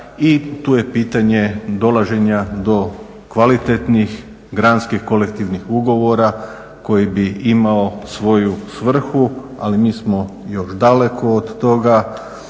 i tu je pitanje dolaženja do kvalitetnih granski kolektivnog ugovora koji bi imao svoju svrhu, ali mi smo još daleko od toga.